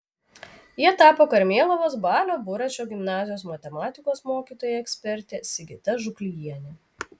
ja tapo karmėlavos balio buračo gimnazijos matematikos mokytoja ekspertė sigita žuklijienė